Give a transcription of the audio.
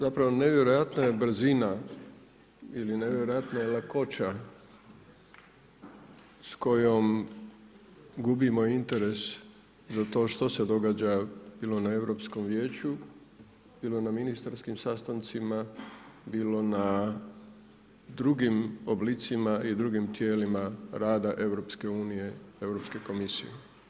Zapravo nevjerojatna je brzina ili nevjerojatna je lakoća sa kojom gubimo interes za to što se događa bilo na Europskom vijeću, bilo na ministarskim sastancima, bilo na drugim oblicima i drugim tijelima rada EU, Europske komisije.